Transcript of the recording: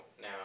now